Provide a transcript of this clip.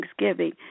thanksgiving